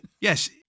Yes